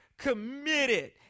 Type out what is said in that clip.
Committed